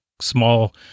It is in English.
small